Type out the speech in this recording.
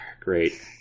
great